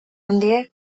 handiek